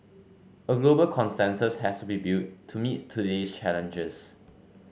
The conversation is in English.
a global consensus has to be built to meet today's challenges